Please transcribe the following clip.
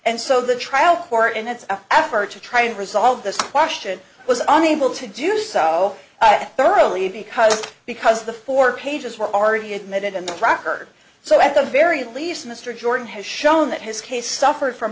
and so the trial court in its effort to try and resolve this question was unable to do so thoroughly because because the four pages were already admitted in the cracker so at the very least mr jordan has shown that his case suffered from